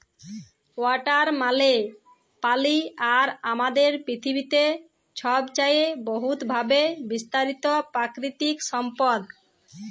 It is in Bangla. ওয়াটার মালে পালি আর আমাদের পিথিবীতে ছবচাঁয়ে বহুতভাবে বিস্তারিত পাকিতিক সম্পদ